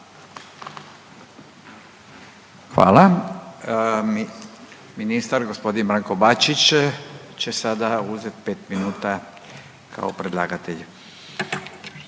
Hvala. Ministar gospodin Branko Bačić će sada uzet 5 minuta kao predlagatelj.